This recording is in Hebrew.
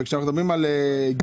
כשאנחנו מדברים על (ג),